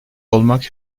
olmak